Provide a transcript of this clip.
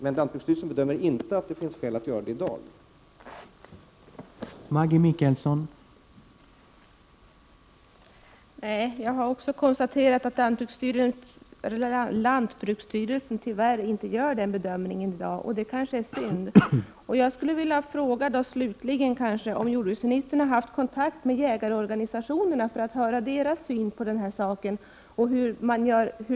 Men lantbruksstyrelsen bedömer inte att det finns skäl att vidta sådana åtgärder i dag.